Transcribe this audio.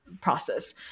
process